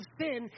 sin